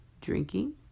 drinking